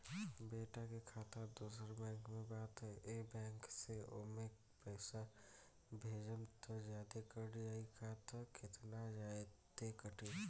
बेटा के खाता दोसर बैंक में बा त ए बैंक से ओमे पैसा भेजम त जादे कट जायी का त केतना जादे कटी?